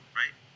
right